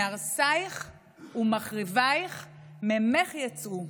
מהרסיך ומחריביך ממך יצאו.